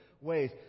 ways